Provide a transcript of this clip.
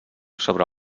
sobre